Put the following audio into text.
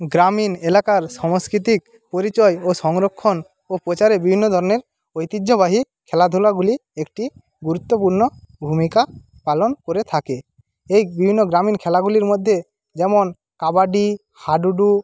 গ্রামীণ এলাকার সাংস্কৃতিক পরিচয় ও সংরক্ষণ ও প্রচারে বিভিন্ন ধরণের ঐতিহ্যবাহী খেলাধুলাগুলি একটি গুরুত্বপূর্ণ ভূমিকা পালন করে থাকে এই বিভিন্ন গ্রামীণ খেলাগুলির মধ্যে যেমন কবাডি হাডুডু